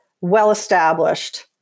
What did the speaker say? well-established